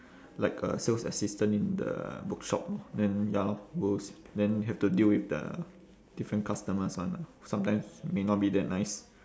like a sales assistant in the bookshop then ya lor books then have to deal with the different customers [one] lah sometimes may not be that nice